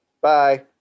Bye